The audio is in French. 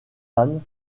anne